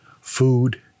food